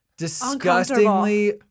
disgustingly